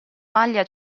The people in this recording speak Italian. maglia